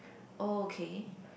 oh okay